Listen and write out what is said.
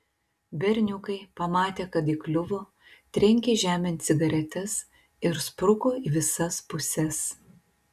berniukai pamatę kad įkliuvo trenkė žemėn cigaretes ir spruko į visas puses